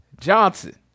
Johnson